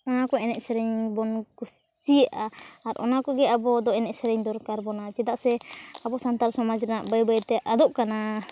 ᱚᱱᱟᱠᱚ ᱮᱱᱮᱡ ᱥᱮᱨᱮᱧ ᱵᱚᱱ ᱠᱩᱥᱤᱜᱼᱟ ᱟᱨ ᱚᱱᱟᱠᱚ ᱜᱮ ᱟᱵᱚᱫᱚ ᱮᱱᱮᱡᱽ ᱥᱮᱨᱮᱧ ᱫᱚᱨᱠᱟᱨ ᱵᱚᱱᱟ ᱪᱮᱫᱟᱜ ᱥᱮ ᱟᱵᱚ ᱥᱟᱱᱛᱟᱞ ᱥᱚᱢᱟᱡᱽ ᱨᱮᱱᱟᱜ ᱵᱟᱹᱭ ᱵᱟᱹᱭᱛᱮ ᱟᱫᱚᱜ ᱠᱟᱱᱟ